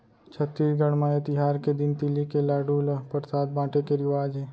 छत्तीसगढ़ म ए तिहार के दिन तिली के लाडू ल परसाद बाटे के रिवाज हे